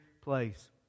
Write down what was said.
place